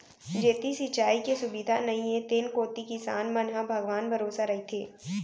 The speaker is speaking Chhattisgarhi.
जेती सिंचाई के सुबिधा नइये तेन कोती किसान मन ह भगवान भरोसा रइथें